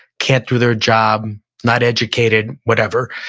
can't do their job, not educated, whatever.